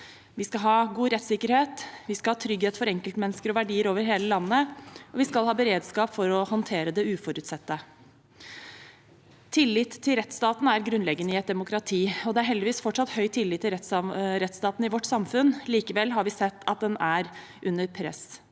Vi skal ha god rettssikkerhet, vi skal ha trygghet for enkeltmennesker og verdier over hele landet, og vi skal ha beredskap for å håndtere det uforutsette. Tillit til rettsstaten er grunnleggende i et demokrati, og det er heldigvis fortsatt høy tillit til rettsstaten i vårt samfunn. Likevel har vi sett at den er under press.